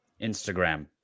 Instagram